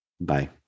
Bye